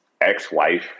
ex-wife